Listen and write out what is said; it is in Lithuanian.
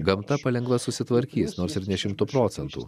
gamta palengva susitvarkys nors ir ne šimtu procentų